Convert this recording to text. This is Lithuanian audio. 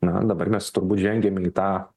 na dabar mes turbūt žengiam į tą